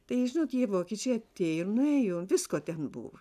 tai žinot tie vokiečiai atėjo ir nuėjo visko ten buvo